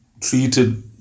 treated